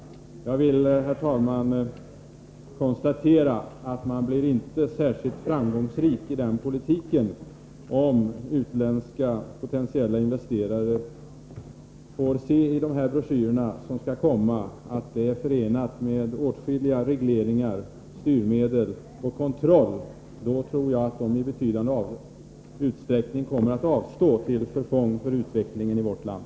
Jag vill, herr talman, konstatera att man inte blir särskilt framgångsrik i den politiken, om utländska potentiella investerare får se i de broschyrer som skall komma, att investeringar i Sverige är förenade med åtskilligt av regleringar, styrmedel och kontroll. Då tror jag att de i betydande utsträckning kommer att avstå till förfång för utvecklingen i vårt land.